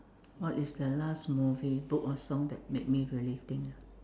what is the last movie book or song that make me really think ah